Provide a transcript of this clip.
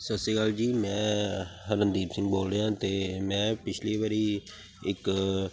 ਸਤਿ ਸ਼੍ਰੀ ਅਕਾਲ ਜੀ ਮੈਂ ਹਰਮਨਦੀਪ ਸਿੰਘ ਬੋਲ ਰਿਹਾ ਅਤੇ ਮੈਂ ਪਿਛਲੀ ਵਾਰੀ ਇੱਕ